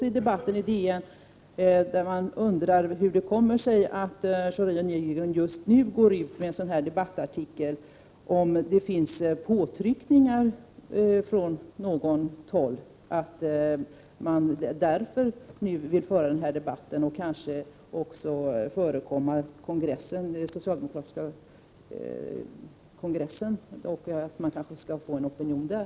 I debatten i DN undrar man också hur det kommer sig att Schori och Nygren just nu går ut med en sådan här debattartikel. Förekommer det påtryckningar från något håll? Är det därför man nu vill föra den här debatten och kanske förekomma den socialdemokratiska kongressen och en eventuell opinion där?